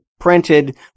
printed